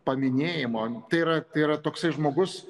paminėjimo tai yra tai yra toksai žmogus